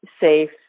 safe